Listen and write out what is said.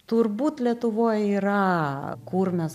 turbūt lietuvoj yra kur mes